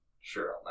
sure